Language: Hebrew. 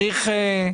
מה